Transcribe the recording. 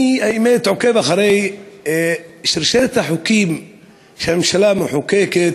אני עוקב אחרי שרשרת החוקים שהממשלה מחוקקת,